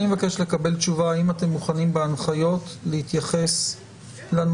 אני מבקש לקבל תשובה האם אתם מוכנים בהנחיות להתייחס לנושא.